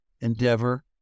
endeavor